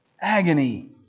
Agony